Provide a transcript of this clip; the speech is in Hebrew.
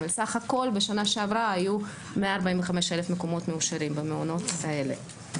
אבל סך הכול בשנה שעברה - היו 145 אלף מקומות מאושרים במעונות האלה.